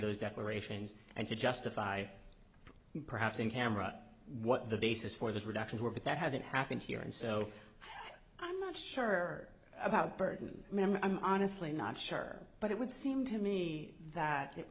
those declarations and to justify perhaps in camera what the basis for those reductions were but that hasn't happened here and so i'm not sure about burden i'm honestly not sure but it would seem to me that it